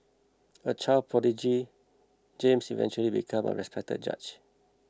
a child prodigy James eventually became a respected judge